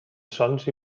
sons